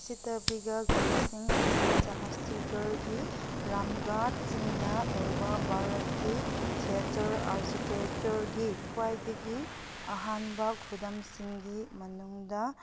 ꯁꯤꯇꯕꯤꯒ ꯒꯨꯍꯥꯁꯤꯡ ꯑꯁꯤ ꯖꯍꯥꯁꯇꯤꯒꯔꯒꯤ ꯔꯥꯝꯒꯥꯔꯆꯤꯡꯗ ꯂꯩꯕ ꯚꯥꯔꯠꯀꯤ ꯊꯦꯇꯔ ꯑꯥꯔꯀꯤꯇꯦꯛꯆꯔꯒꯤ ꯈ꯭ꯋꯥꯏꯗꯒꯤ ꯑꯍꯥꯟꯕ ꯈꯨꯗꯝꯁꯤꯡꯒꯤ ꯃꯅꯨꯡꯗ